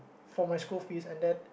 for my school fees and then